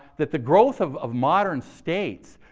that the growth of of modern states,